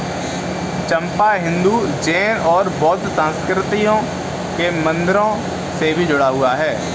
चंपा हिंदू, जैन और बौद्ध संस्कृतियों के मंदिरों से भी जुड़ा हुआ है